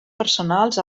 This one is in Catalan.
personals